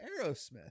Aerosmith